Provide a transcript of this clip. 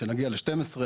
כשנגיע ל-12,